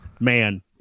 Man